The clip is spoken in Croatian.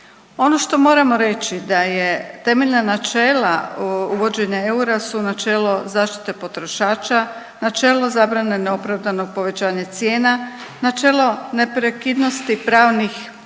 Ono što moramo reći da je temeljna načela uvođenja eura su načelo zaštite potrošača, načelo zabrane neopravdanog povećanja cijena, načelo neprekidnosti pravnih